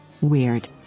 Weird